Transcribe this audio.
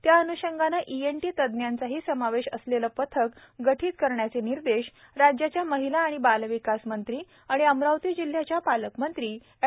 त्यान्षंगाने ENT तज्ज्ञांचाही समावेश असलेले पथक गठित करण्याचे निर्देशही राज्याच्या महिला आणि बालविकास मंत्री तथा जिल्ह्याच्या पालकमंत्री एड